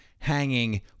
Hanging